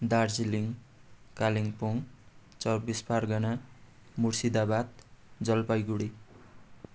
Darjeeling Kalimpong Chaubis Pargana Murshidabad Jalpaiguri